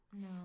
No